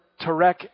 Tarek